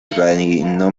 reino